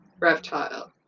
Reptile